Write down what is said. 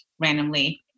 randomly